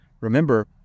Remember